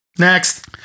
Next